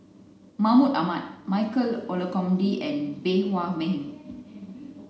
Mahmud Ahmad Michael Olcomendy and Bey Hua Heng